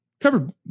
covered